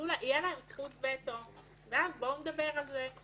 תהיה להם זכות וטו, ואז בואו נדבר על זה.